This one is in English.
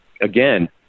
again